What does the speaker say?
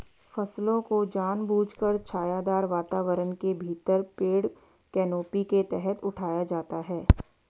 फसलों को जानबूझकर छायादार वातावरण के भीतर पेड़ कैनोपी के तहत उठाया जाता है